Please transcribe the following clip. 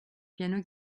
piano